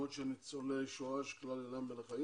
של ניצולי שואה שכבר אינם בחיים.